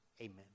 amen